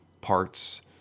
parts